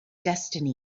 destiny